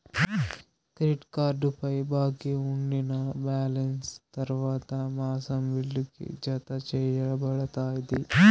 credit కార్డుపై బాకీ ఉండినా బాలెన్స్ తర్వాత మాసం బిల్లుకి, జతచేయబడతాది